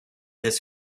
his